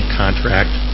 contract